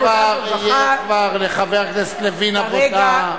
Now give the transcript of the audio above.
תהיה כבר לחבר הכנסת לוין עבודה.